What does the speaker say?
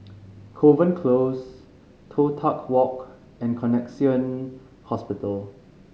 Kovan Close Toh Tuck Walk and Connexion Hospital